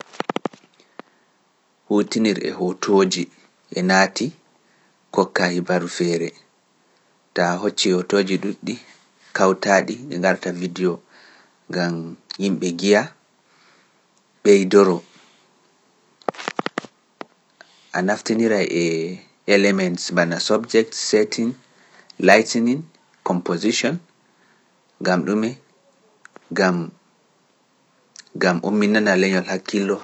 Huutinir e hootooji e naati kokkaa hibaru feere, ta a hocci hootooji ɗuuɗɗi kawtaa-ɗi ɗi ngarta bidiyo, ngam yimɓe ngi'a, ɓeydoroo, a naftindiray e elements bana subjects, settings, lightining, composition, ngam ɗume, ngam, ngam umminana leñol hakkiilo.